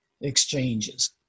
exchanges